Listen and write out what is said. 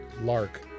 lark